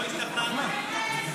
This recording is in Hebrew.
לרשותך שלוש דקות.